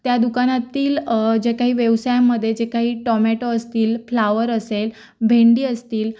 त्या दुकानातील जे काही व्यवसायामध्ये जे काही टोमॅटो असतील फ्लावर असेल भेंडी असतील